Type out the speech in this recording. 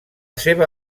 seva